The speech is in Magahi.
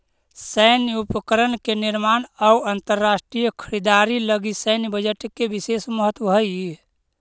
सैन्य उपकरण के निर्माण अउ अंतरराष्ट्रीय खरीदारी लगी सैन्य बजट के विशेष महत्व हई